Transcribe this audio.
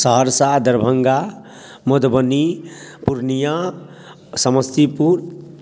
Saharsa Darbhanga Madhubani Purnia Samastipur